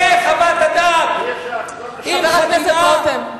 זו חוות הדעת, אי-אפשר חבר הכנסת רותם,